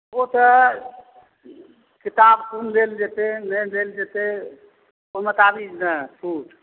ओ तऽ किताब कोन देल जेतै नहि देल जेतै ओहि मोताबिक ने छूट